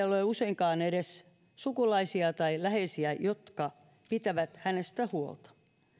ole useinkaan edes sukulaisia tai läheisiä jotka pitävät hänestä huolta